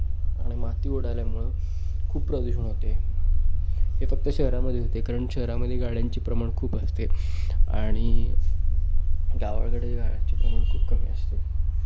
आणि माती उडाल्यामुळं खूप प्रदूषण होते हे फक्त शहरामध्ये होते कारण शहरामध्ये गाड्यांची प्रमाण खूप असते आणि गावाकडे गाड्यांची प्रमाण खूप कमी असते